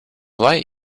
light